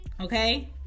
Okay